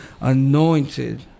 anointed